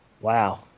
Wow